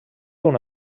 una